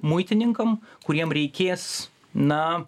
muitininkam kuriem reikės na